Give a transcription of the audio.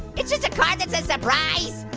it's just a card that says surprise?